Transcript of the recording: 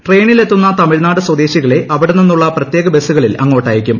ട്രെയിനിൽ എത്തുന്ന തമിഴ്നാട് സ്വദേശികളെ അവിടെനിന്നുള്ള പ്രത്യേക ബസുകളിൽ അങ്ങോട്ട് അയക്കും